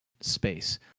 space